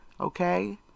okay